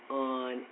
on